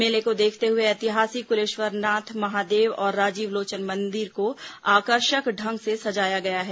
मेले को देखते हुए ऐतिहासिक कुलेश्वरनाथ महादेव और राजीव लोचन मंदिर को आकर्षण ढंग से सजाया गया है